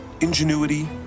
ingenuity